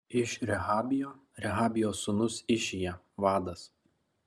iš rehabijo rehabijo sūnus išija vadas